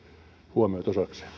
huomioita